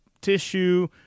tissue